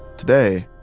today,